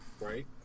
Right